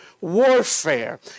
warfare